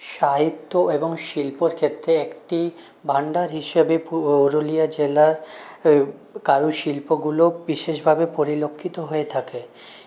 সাহিত্য এবং শিল্পর ক্ষেত্রে একটি ভাণ্ডার হিসেবে পুরুলিয়া জেলা কারুশিল্পগুলো বিশেষভাবে পরিলক্ষিত হয়ে থাকে